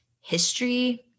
history